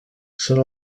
són